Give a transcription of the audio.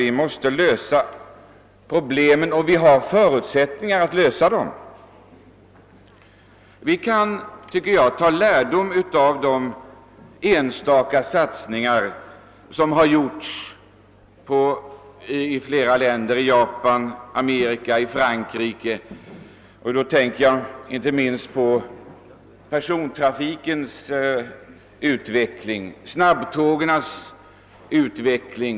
Vi måste lösa dem — och vi har förutsättningar att göra det. Vi kan ta lärdom av de satsningar som gjorts i andra länder, t. ex, i Japan, Amerika och Frankrike. Jag tänker här exempelvis på utvecklingen på persontrafikens område, där snabbtågen nu är på frammarsch.